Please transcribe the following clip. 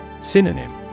Synonym